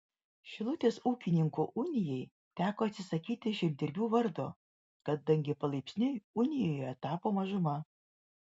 šilutės ūkininkų unijai teko atsisakyti žemdirbių vardo kadangi palaipsniui unijoje tapo mažuma